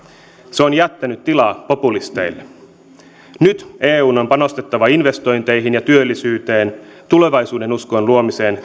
se on jättänyt tilaa populisteille nyt eun on panostettava investointeihin ja työllisyyteen tulevaisuudenuskon luomiseen